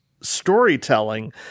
storytelling